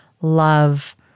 love